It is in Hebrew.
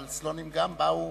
אבל סלונים גם באו,